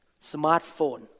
Smartphone